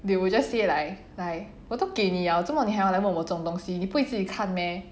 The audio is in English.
they will just say like like 我都给你了做么你还要问我这种东西你不会自己看 meh